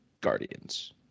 Guardians